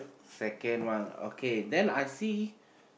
second one okay then I see